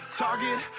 target